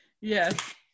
Yes